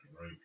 right